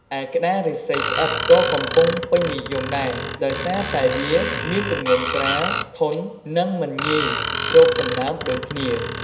ឯ ក្ដារឫស្សីស្អិតក៏កំពុងពេញនិយមដែរ ដោយសារតែវាមានទម្ងន់ស្រាល ធន់ និងមិនងាយស្រូបសំណើមដូចគ្នា។